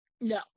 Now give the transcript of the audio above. No